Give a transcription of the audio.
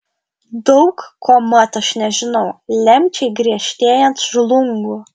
daug ko mat aš nežinau lemčiai griežtėjant žlungu